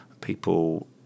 people